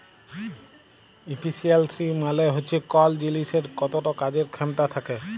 ইফিসিয়ালসি মালে হচ্যে কল জিলিসের কতট কাজের খ্যামতা থ্যাকে